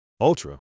Ultra